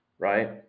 right